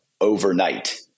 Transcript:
overnight